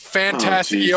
fantastic